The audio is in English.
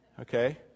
Okay